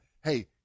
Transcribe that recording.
hey